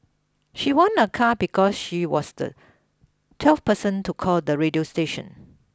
she won a car because she was the twelfth person to call the radio station